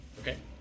Okay